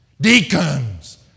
deacons